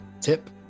tip